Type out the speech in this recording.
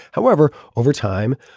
however, over time,